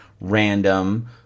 random